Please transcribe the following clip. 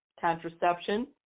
contraception